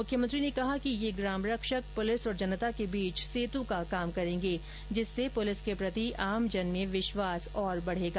मुख्यमंत्री ने कहा कि ये ग्राम रक्षक पुलिस और जनता के बीच सेतु का काम करेंगे जिससे पुलिस के प्रति आमजन में विश्वास और बढेगा